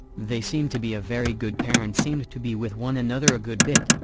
they seemed to be a very good pair and seemed to be with one another a good bit,